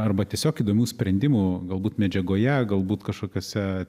arba tiesiog įdomių sprendimų galbūt medžiagoje galbūt kažkokiose